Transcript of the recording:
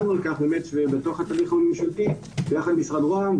עמדנו על כך שזה יהיה בתוך התהליך הממשלתי - ביחד עם משרד שראש הממשלה,